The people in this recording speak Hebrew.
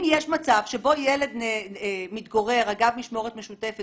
אם יש מצב שבו ילד מתגורר אגב משמורת משותפת